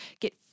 Get